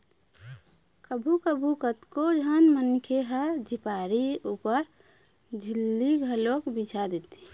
कभू कभू कतको झन मनखे ह झिपारी ऊपर झिल्ली घलोक बिछा देथे